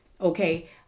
Okay